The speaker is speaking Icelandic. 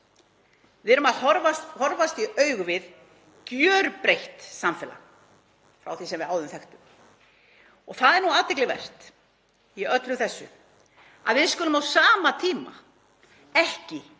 Við horfumst í augu við gjörbreytt samfélag frá því sem við áður þekktum. Það er athyglisvert í öllu þessu að við skulum á sama tíma ekki